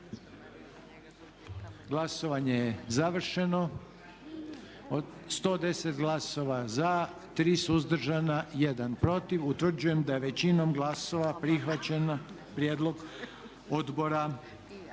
Glasovanje je završeno. 99 glasova za, 16 suzdržanih, 1 protiv. Utvrđujem da je većinom glasova donesen predloženi